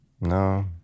No